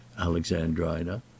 Alexandrina